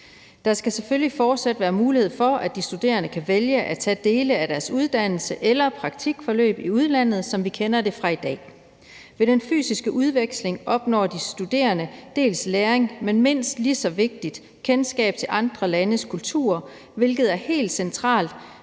Der skal selvfølgelig fortsat være mulighed for, at de studerende kan vælge at tage dele af deres uddannelse eller praktikforløb i udlandet, som vi kender det fra i dag. Ved den fysiske udveksling opnår de studerende dels læring, dels kendskab til andre landes kulturer, hvilket er mindst